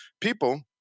people